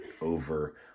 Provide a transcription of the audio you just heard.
over